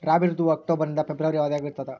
ರಾಬಿ ಋತುವು ಅಕ್ಟೋಬರ್ ನಿಂದ ಫೆಬ್ರವರಿ ಅವಧಿಯಾಗ ಇರ್ತದ